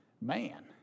man